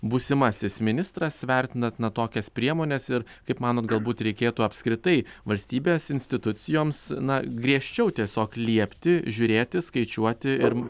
būsimasis ministras vertinat na tokias priemones ir kaip manot galbūt reikėtų apskritai valstybės institucijoms na griežčiau tiesiog liepti žiūrėti skaičiuoti ir